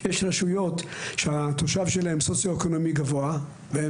יש רשויות שהתושב שלהן גבוה סוציואקונומית,